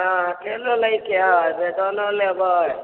हँ केलो लयके हए बेदानो लेबै